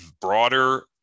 broader